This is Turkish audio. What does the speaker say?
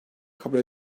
kabul